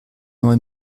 neue